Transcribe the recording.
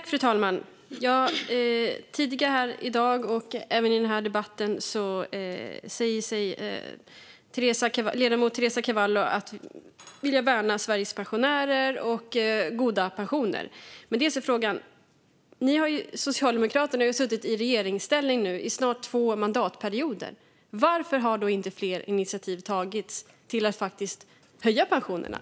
Fru talman! Tidigare i dag, och även i den här debatten, har ledamoten Teresa Carvalho sagt sig vilja värna Sveriges pensionärer och goda pensioner. Socialdemokraterna har suttit i regeringsställning i snart två mandatperioder. Varför har då inte fler initiativ tagits till att faktiskt höja pensionerna?